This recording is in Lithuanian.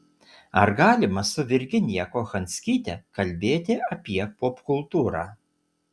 ar galima su virginija kochanskyte kalbėti apie popkultūrą